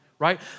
Right